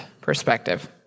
perspective